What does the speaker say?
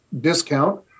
discount